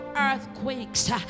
earthquakes